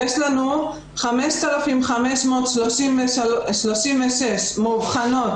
יש לנו 5,536 מאובחנות,